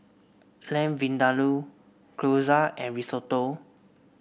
Lamb Vindaloo Gyoza and Risotto